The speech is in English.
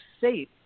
safe